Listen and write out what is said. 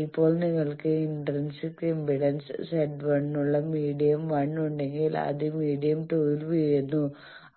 ഇപ്പോൾ നിങ്ങൾക്ക് intrinsic impedance Z1 ഉള്ള മീഡിയം 1 ഉണ്ടെങ്കിൽ അത് മീഡിയം 2 ൽ വീഴുന്നു